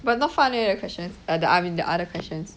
but not fun leh the questions uh the oth~ the other questions